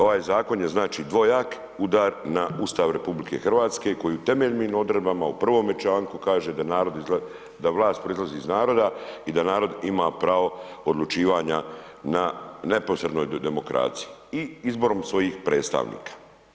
Ovaj zakon je znači dvojak udar na Ustav RH koji u temeljnim odredbama u prvome članku kaže da vlast proizlazi iz naroda i da narod ima pravo odlučivanja na neposrednoj demokraciji i izborom svojih predstavnika.